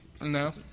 No